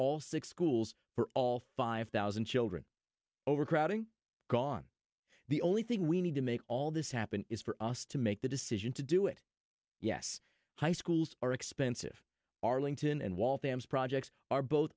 all six schools for all five thousand children over crowding gone the only thing we need to make all this happen is for us to make the decision to do it yes high schools are expensive arlington and wall fams projects are both